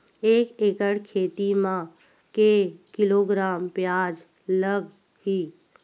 एक एकड़ खेती म के किलोग्राम प्याज लग ही?